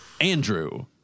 Andrew